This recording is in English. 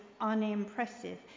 unimpressive